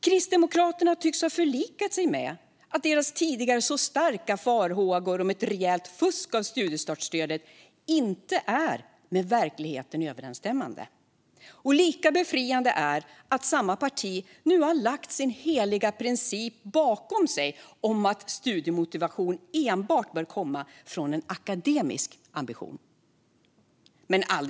Kristdemokraterna tycks ha förlikat sig med att deras tidigare så starka farhågor om ett rejält fusk med studiestartsstödet inte är med verkligheten överensstämmande. Lika befriande är det att samma parti nu har lagt sin heliga princip bakom sig om att studiemotivation enbart bör komma från en akademisk ambition. Fru talman!